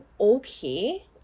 okay